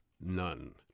None